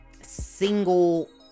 single